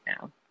now